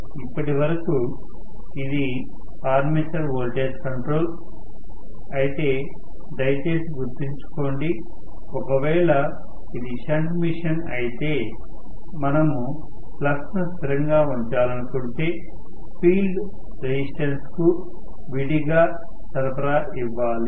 ఇప్పటివరకు ఇది armature voltage control అయితే దయచేసి గుర్తుంచుకోండి ఒకవేళ ఇది షంట్ మెషీన్ అయితే మనము ఫ్లక్స్ ను స్థిరంగా ఉంచాలనుకుంటే ఫీల్డ్ రెసిస్టెన్స్ కు విడిగా సరఫరా ఇవ్వాలి